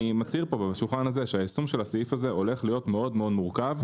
אני מצהיר שהיישום של הסעיף הזה הולך להיות מאוד מורכב.